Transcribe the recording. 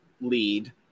lead